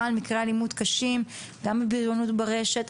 במקרי אלימות קשים ובבריונות ברשת.